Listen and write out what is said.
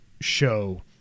show